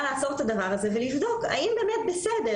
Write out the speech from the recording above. לעצור את הדבר הזה ולבדוק אם באמת בסדר,